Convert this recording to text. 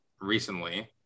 recently